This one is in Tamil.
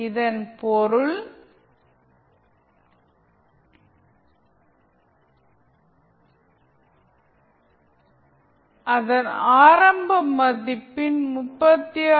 இதன் பொருள் அதன் ஆரம்ப மதிப்பின் 36